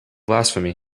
blasphemy